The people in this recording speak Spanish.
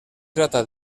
trata